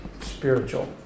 Spiritual